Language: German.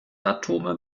atome